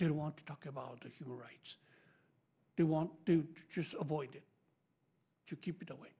didn't want to talk about the human rights they want to just avoid it to keep it away